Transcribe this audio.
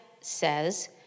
says